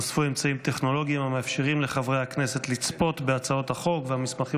נוספו אמצעים טכנולוגיים המאפשרים לחברי הכנסת לצפות בהצעות החוק ובמסמכים